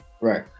Right